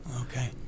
Okay